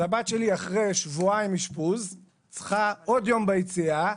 אחרי שבועיים אשפוז הבת שלי צריכה עוד יום ביציאה,